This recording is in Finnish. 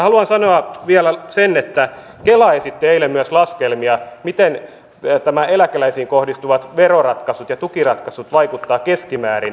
haluan sanoa vielä sen että kela esitti eilen myös laskelmia miten eläkeläisiin kohdistuvat veroratkaisut ja tukiratkaisut vaikuttavat keskimäärin